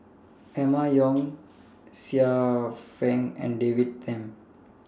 Emma Yong Xiu Fang and David Tham